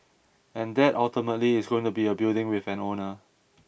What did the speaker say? and that ultimately is going to be a building with an owner